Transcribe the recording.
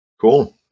Cool